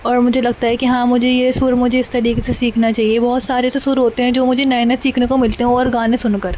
اور مجھے لگتا ہے کہ ہاں مجھے یہ سر مجھے اس طریقے سے سیکھنا چاہیے بہت سارے ایسے سر ہوتے ہیں جو مجھے نئے نئے سیکھنے کو ملتے ہیں اور گانے سن کر